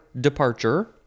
departure